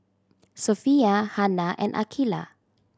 Sofea Hana and Aqilah